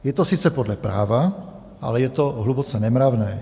Je to sice podle práva, ale je to hluboce nemravné.